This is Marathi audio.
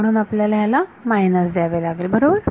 म्हणून आपल्याला यांना मायनस द्यावे लागेल बरोबर